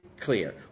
Clear